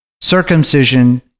circumcision